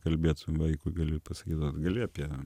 kalbėt su vaiku galiu pasakyti kad gali apie